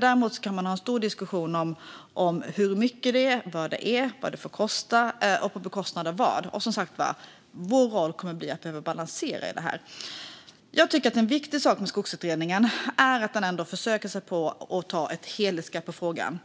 Däremot kan man ha en stor diskussion om hur mycket skog och vilken skog det gäller, vad det får kosta och på bekostnad av vad. Och, som sagt var, vår roll kommer att bli att balansera i detta. Jag tycker att en viktig sak med Skogsutredningen är att den ändå försöker ta ett helhetsgrepp om frågan.